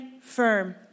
firm